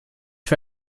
für